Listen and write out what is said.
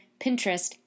Pinterest